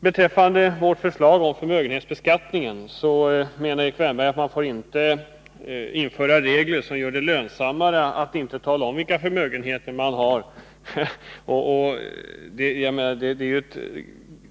Beträffande vårt förslag om förmögenhetsbeskattningen menar Erik Wärnberg att man inte får införa regler som gör det lönsammare att inte tala om vilka förmögenheter man har.